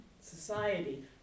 society